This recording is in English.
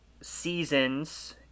seasons